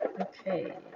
Okay